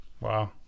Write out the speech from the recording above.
Wow